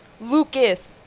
Lucas